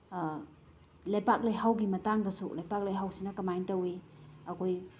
ꯂꯩꯄꯥꯛ ꯂꯩꯍꯥꯎꯒꯤ ꯃꯇꯥꯡꯗꯁꯨ ꯂꯩꯄꯥꯛ ꯂꯩꯍꯥꯎꯁꯤꯅ ꯀꯃꯥꯏ ꯇꯧꯏ ꯑꯩꯈꯣꯏ